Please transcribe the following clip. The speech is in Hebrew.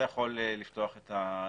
את יכול לפתוח את העסק.